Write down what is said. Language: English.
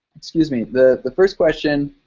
excuse me. the the first question